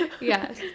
Yes